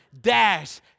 dash